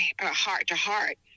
heart-to-heart